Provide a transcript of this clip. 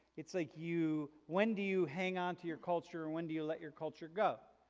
it's like you when do you hang on to your culture or when do you let your culture go?